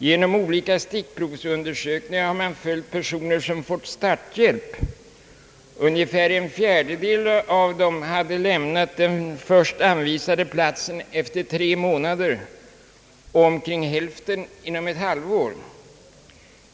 Genom olika stickprovsundersökningar har man följt personer som fått starthjälp. Ungefär en fjärdedel av dem har lämnat den först anvisade platsen efter tre månader och omkring hälften inom ett halvår.